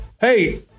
Hey